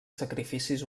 sacrificis